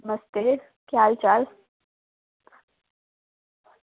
नमस्ते केह् हाल चाल